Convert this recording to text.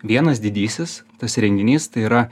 vienas didysis tas renginys tai yra